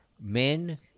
Men